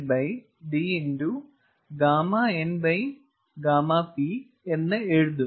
K d 𝛾N𝛾P എന്ന് എഴുതും